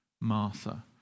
Martha